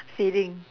feeding